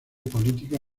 política